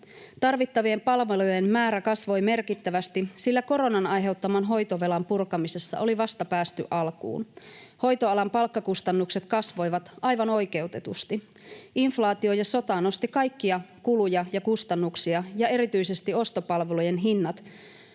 Tarvittavien palvelujen määrä kasvoi merkittävästi, sillä koronan aiheuttaman hoitovelan purkamisessa oli vasta päästy alkuun. Hoitoalan palkkakustannukset kasvoivat aivan oikeutetusti. Inflaatio ja sota nostivat kaikkia kuluja ja kustannuksia, ja erityisesti ostopalvelujen hinnat